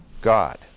God